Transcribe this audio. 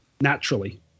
Naturally